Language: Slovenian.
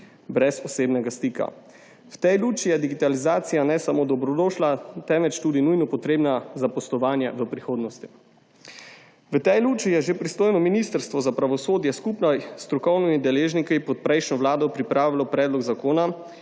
brez osebnega stika. V tej luči je digitalizacija ne samo dobrodošla, temveč tudi nujno potrebna za poslovanje v prihodnosti. V tej luči je že pristojno ministrstvo za pravosodje skupaj s strokovnimi deležniki pod prejšnjo vlado pripravilo predlog zakona,